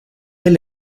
del